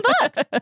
books